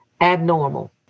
abnormal